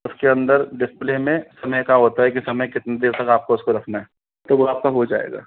उसके अंदर डिस्प्ले में समय का होता है कि समय कितनी देर तक आपको उसको रखना है तो वो आपका हो जाएगा